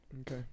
Okay